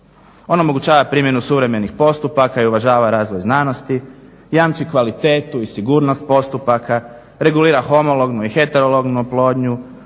On omogućava primjenu suvremenih postupaka i uvažava razvoj znanosti, jamči kvalitetu i sigurnost postupaka, regulira homolognu i heterolognu oplodnju,